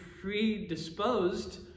predisposed